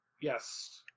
Yes